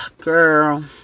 girl